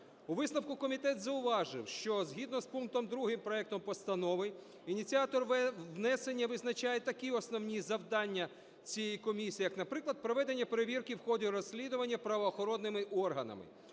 У висновку комітет зауважив, що згідно з пунктом 2 проекту постанови ініціатор внесення визначає такі основні завдання цієї комісії, як наприклад, проведення перевірки в ході розслідування правоохоронними органами.